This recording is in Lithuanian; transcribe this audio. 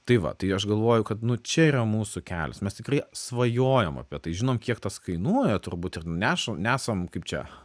tai va tai aš galvoju kad nu čia yra mūsų kelias mes tikrai svajojam apie tai žinom kiek tas kainuoja turbūt ir nešam nesam kaip čia